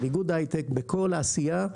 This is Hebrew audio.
של איגוד היי-טק בכל העשייה,